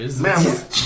Man